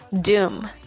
doom